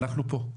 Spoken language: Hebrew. אנחנו פה.